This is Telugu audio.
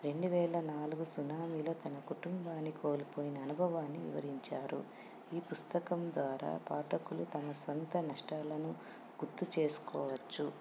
రెండు వేల నాలుగు సునామిలో తన కుటుంబాన్ని కోల్పోయిన అనుభవాన్ని వివరించారు ఈ పుస్తకం ద్వారా పాటకులు తమ సొంత నష్టాలను గుర్తు చేసుకోవచ్చు